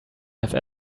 have